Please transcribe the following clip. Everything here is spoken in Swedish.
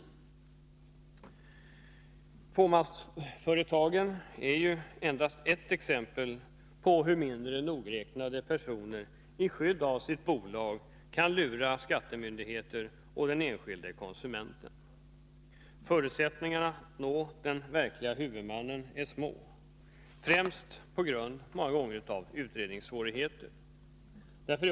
Fåmansföretagen utgör endast ett exempel på hur mindre nogräknade personer i skydd av sitt bolag kan lura skattemyndigheterna och den enskilde konsumenten. Förutsättningarna för att nå den verklige huvudmannen är små, främst på grund av utredningssvårigheter.